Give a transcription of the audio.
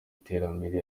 iterambere